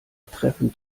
treffend